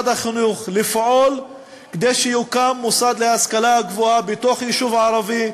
לפעול כדי שיוקם מוסד להשכלה גבוהה בתוך יישוב ערבי.